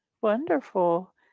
Wonderful